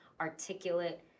articulate